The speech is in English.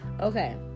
Okay